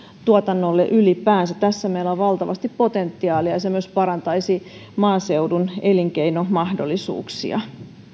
tuotannolle ylipäänsä tässä meillä on valtavasti potentiaalia ja se myös parantaisi maaseudun elinkeinomahdollisuuksia